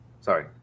Sorry